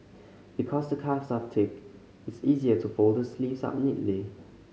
because the cuffs are thick it's easier to fold the sleeves up neatly